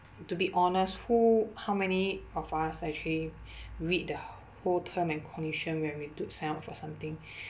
to be honest who how many of us actually read the whole term and condition where we do sign up for something